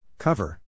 Cover